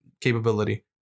capability